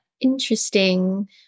Interesting